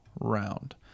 round